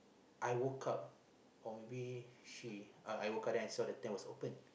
I woke up or maybe she uh I woke up then I saw the tent was open